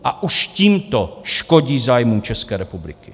A už tímto škodí zájmu České republiky.